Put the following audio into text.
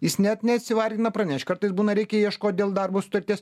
jis net nesivargina pranešt kartais būna reikia ieškot dėl darbo sutarties